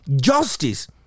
justice